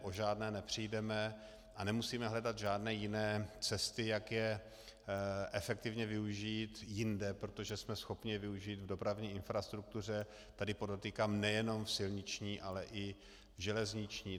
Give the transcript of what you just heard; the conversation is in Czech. O žádné nepřijdeme a nemusíme hledat žádné jiné cesty, jak je efektivně využít jinde, protože jsme schopni je využít v dopravní infrastruktuře tady podotýkám nejenom silniční, ale i železniční.